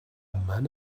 man